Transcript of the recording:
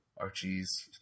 Archie's